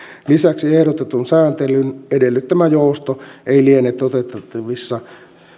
lisäksi ehdotetun sääntelyn edellyttämä jousto ei liene toteutettavissa